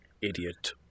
Idiot